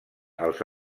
als